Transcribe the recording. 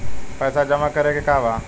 पैसा जमा करे के बा?